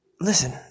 listen